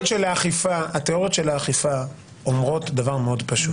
של האכיפה אומרות דבר מאוד פשוט,